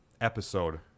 episode